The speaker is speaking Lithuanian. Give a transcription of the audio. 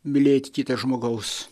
mylėt kito žmogaus